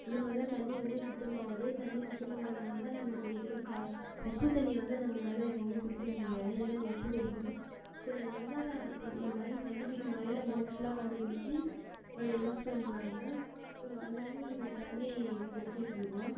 அந்த மாதிரி தான் தண்ணி வந்து சுத்தமாகுது தண்ணி சுத்தமாகிறதுனால தான் நம்ம குடிக்கிறோம் கா உப்பு தண்ணியை வந்து நம்மளால எப்பவுமே குடிக்க முடியாது ஏன்னால் அது உப்பு கரிக்கும் ஸோ அதனால தான் இந்த மாதிரி சயின்டிஃபிக் முறையில மோட்ருலாம் கண்டுப்பிடிச்சி அதை யூஸ் பண்ணுறாங்க ஸோ அதனால நம்ம தண்ணி குடிச்சுயிட்ருக்கோம்